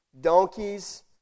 donkeys